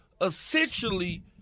essentially –